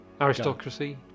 Aristocracy